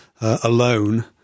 alone